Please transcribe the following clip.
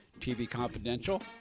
tvconfidential